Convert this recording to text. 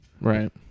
Right